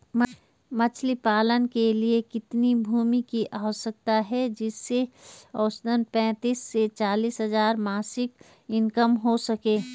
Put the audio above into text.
मछली पालन के लिए कितनी भूमि की आवश्यकता है जिससे औसतन पैंतीस से चालीस हज़ार मासिक इनकम हो सके?